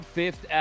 fifth